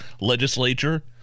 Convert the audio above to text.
legislature